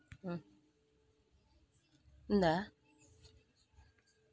ಹುರುಳಿ ಬೀಜದ ಕೃಷಿ ಮಾಡಲಿಕ್ಕೆ ಒಂದು ಗದ್ದೆಯಲ್ಲಿ ಎಷ್ಟು ಬೀಜಗಳನ್ನು ಹಾಕಬೇಕು?